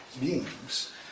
beings